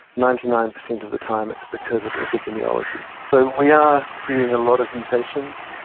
ninety nine percent of the time it's because of epidemiology. so we are seeing a lot of mutations.